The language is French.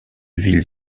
villes